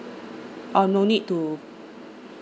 uh no need to